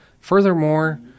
Furthermore